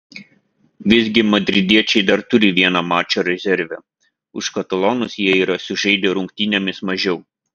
visgi madridiečiai dar turi vieną mačą rezerve už katalonus jie yra sužaidę rungtynėmis mažiau